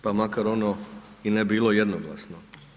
Pa makar ono i ne bilo jednoglasno.